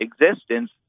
existence